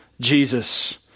Jesus